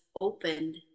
opened